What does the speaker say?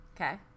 Okay